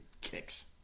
Kicks